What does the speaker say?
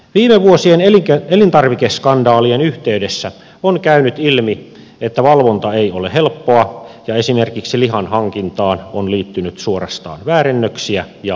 viime vuosien elintarvikeskandaalien yhteydessä on käynyt ilmi että valvonta ei ole helppoa ja esimerkiksi lihan hankintaan on liittynyt suorastaan väärennöksiä ja rikollisuutta